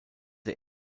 der